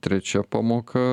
trečia pamoka